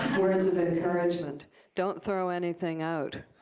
words of encouragement don't throw anything out.